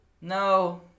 No